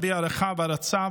והגיע הזמן שיפצו את פיהם